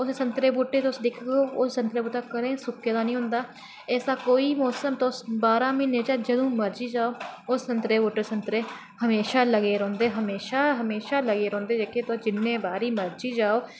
उस संतरे दे बूह्टे गी तुस दिखगे ना ओह् कदें बी सुक्के दा निं होंदा ऐ ऐसा कोई बी मौसम तुस बारां म्हीने चा तुस जदूं जाओ ओह् संतरे दे बूह्टे पर संतरे हमेशा लग्गे दे रौहंदे ते हमेशा हमेशा लग्गे रौहंदे ते तुस जिन्ना मर्जी जेल्लै जाओ